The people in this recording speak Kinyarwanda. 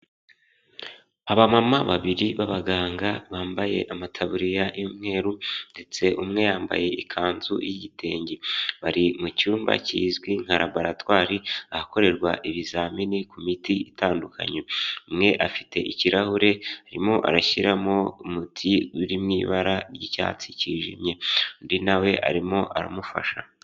Abamama babiri b'abaganga, bambaye amatabuririya y'umweruru ndetse umwe yambaye ikanzu y'igitenge. Bari mu cyumba kizwi nka raboratwari, ahakorerwa ibizamini ku miti itandukanye. Umwe afite ikirahure, arimo arashyiramo umuti uri mu ibara ry'icyatsi cyijimye. Undi na we arimo aramufasha.